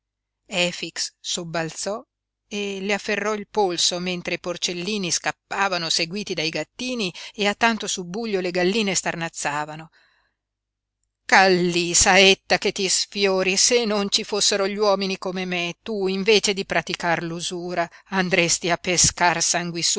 fiche efix sobbalzò e le afferrò il polso mentre i porcellini scappavano seguiti dai gattini e a tanto subbuglio le galline starnazzavano kallí